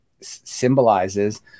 symbolizes